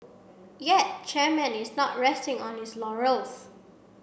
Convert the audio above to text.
yet chairman is not resting on his laurels